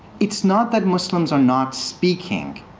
it's not that muslims are not speaking.